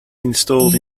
installed